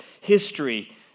history